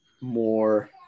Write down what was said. more